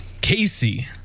Casey